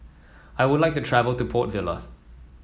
I would like to travel to Port Vila